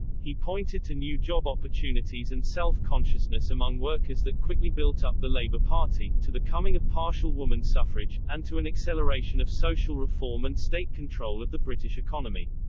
he pointed to new job opportunities and self-consciousness among workers that quickly built up the labour party, to the coming of partial woman suffrage, and to an acceleration of social reform and state control of the british economy.